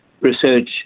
research